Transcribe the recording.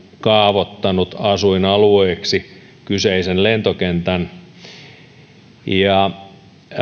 kaavoittanut asuinalueeksi kyseisen lentokentän